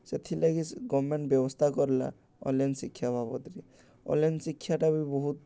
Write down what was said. ସେଥିର୍ଲାଗି ଗଭର୍ଣ୍ଣମେଣ୍ଟ୍ ବ୍ୟବସ୍ଥା କଲା ଅନ୍ଲାନ୍ ଶିକ୍ଷା ବାବଦ୍ରେ ଅନ୍ଲାଇନ୍ ଶିକ୍ଷାଟା ବି ବହୁତ୍